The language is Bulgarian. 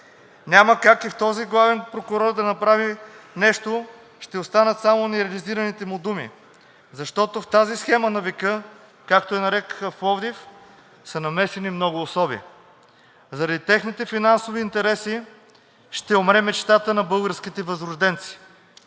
Няма как и този главен прокурор да направи нещо – ще останат само нереализираните му думи, защото в тази схема на века, както я нарекоха в Пловдив, са намесени много особи. Заради техните финансови интереси ще умре мечтата на българските възрожденци,